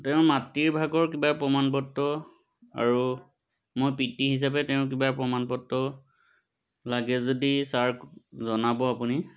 তেওঁৰ মাতৃৰ ভাগৰ কিবা প্ৰমাণ পত্ৰ আৰু মই পিতৃ হিচাপে তেওঁৰ কিবা প্ৰমাণ পত্ৰ লাগে যদি ছাৰ জনাব আপুনি